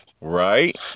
Right